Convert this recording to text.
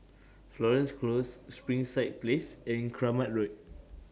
Florence Close Springside Place and Kramat Road